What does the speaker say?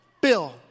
Bill